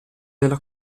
della